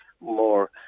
more